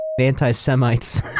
anti-Semites